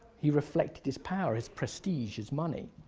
he reflected his power, his prestige, his money.